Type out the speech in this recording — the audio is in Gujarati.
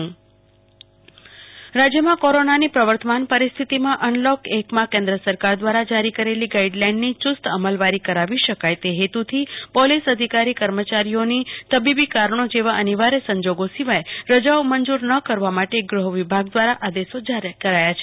કલ્પના શાહ્ રજાઓ મંજુર ન કરવા આદેશ રાજ્યમાં કોરોનાની પ્રવર્તમાન પરિસ્થિતિમાં અનલોક એકમાં કેન્દ્ર સરકાર દ્વારા જરી કરેલી ગાઇડલાઇનની યુસ્ત અમલવારી કરાવી શકાય તે હેતુથી પોલીસ અધિકારી કર્મચારીઓની તબીબી કારણો જેવા અનિવાર્થ સંજોગો સિવાય રજાઓ મંજુર કરવા માટે ગૃહવિભાગ દ્વારા આદેશ જારી કરાયા છે